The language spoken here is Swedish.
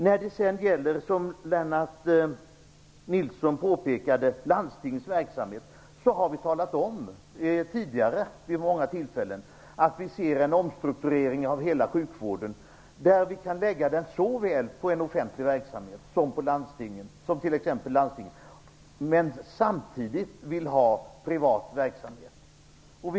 När det sedan gäller landstingens verksamhet, som Lennart Nilsson pekade på, har vi tidigare vid många tillfällen talat om att vi ser en omstrukturering av hela sjukvården, där man kan lägga den såväl på en offentlig verksamhet som på t.ex. landstingen, men samtidigt vill vi ha en privat verksamhet.